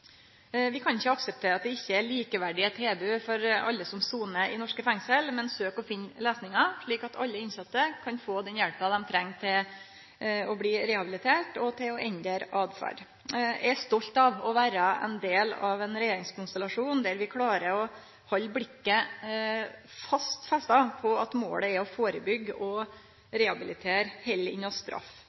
Vi kan ikkje akseptere at det ikkje er likeverdige tilbod for alle som sonar i norske fengsel, men vi søkjer å finne løysingar, slik at alle innsette kan få den hjelpa dei treng for å bli rehabilitert og til å endre åtferd. Eg er stolt av å vere ein del av ein regjeringskonstellasjon der vi klarer å halde blikket fast festa på at målet er å førebyggje og rehabilitere heller